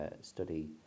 study